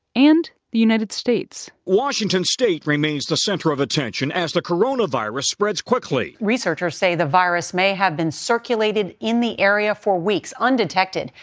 and the united states washington state remains the center of attention as the coronavirus spreads quickly researchers say the virus may have been circulated in the area for weeks undetected,